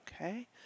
okay